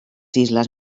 islas